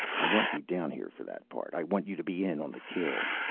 i want you down here, for that part. i want you to be in on the kill.